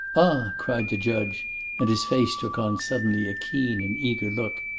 ah! cried the judge and his face took on suddenly a keen and eager look.